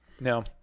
No